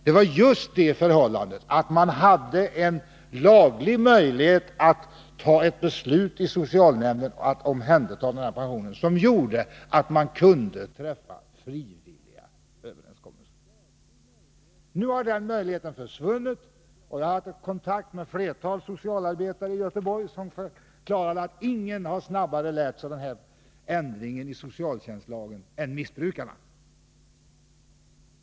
Det var just det förhållandet att man hade en laglig möjlighet att i socialnämnden fatta beslut att omhänderta pensionen som gjorde att man kunde träffa ”frivilliga” överenskommelser. Nu har den möjligheten försvunnit. Jag har haft kontakt med ett flertal socialarbetare i Göteborg som förklarat att inga snabbare har lärt sig denna ändring i socialtjänstlagen än missbrukarna.